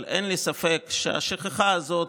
אבל אין לי ספק שהשכחה הזאת,